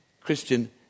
Christian